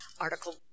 article